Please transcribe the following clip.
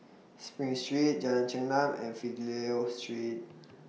SPRING Street Jalan Chengam and Fidelio Street